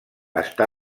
està